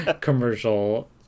commercial